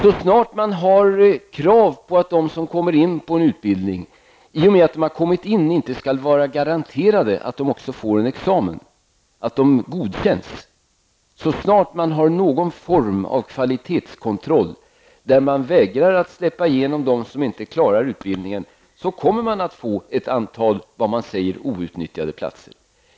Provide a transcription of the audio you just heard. Så snart man ställer krav på dem som kommer in på en utbildning -- att de i och med att de har kommit in inte skall vara garanterade att också få en examen -- och så snart man har någon form av kvalitetskontroll där man vägrar att släppa igenom dem som inte klarar utbildningen kommer man att få ett antal s.k. outnyttjade platser.